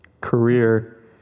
career